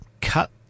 cut